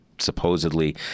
supposedly